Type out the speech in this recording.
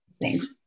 Thanks